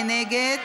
מי נגד?